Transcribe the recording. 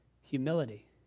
humility